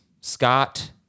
Scott